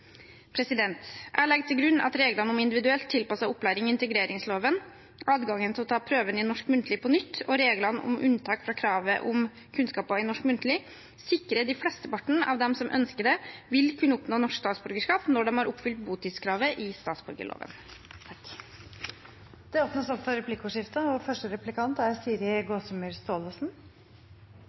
Jeg legger til grunn at reglene om individuelt tilpasset opplæring i integreringsloven, adgangen til å ta prøven i norsk muntlig på nytt og reglene om unntak fra kravet om kunnskaper i norsk muntlig sikrer at flesteparten av dem som ønsker det, vil kunne oppnå norsk statsborgerskap når de har oppfylt botidskravet i statsborgerloven.